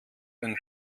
den